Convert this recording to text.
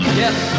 yes